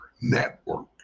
network